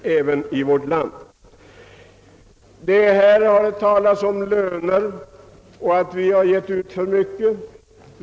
Det har i debatten talats om förra årets lönerörelser och det har sagts, att dessa gav löntagarna för mycket.